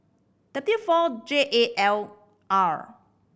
W four J A L R